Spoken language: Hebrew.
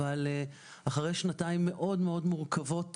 אבל אנחנו אחרי שנתיים מאוד-מאוד מורכבות